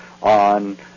on